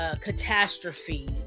catastrophe